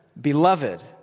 beloved